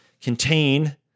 contain